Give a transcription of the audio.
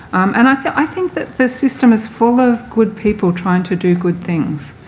and i so i think that the system is full of good people trying to do good things.